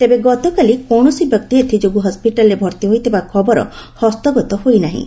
ତେବେ ଗତକାଲି କୌଣସି ବ୍ୟକ୍ତି ଏଥିଯୋଗୁଁ ହସିଟାଲ୍ରେ ଭର୍ତ୍ତି ହୋଇଥିବା ଖବର ହସ୍ତଗତ ହୋଇ ନାହିଁ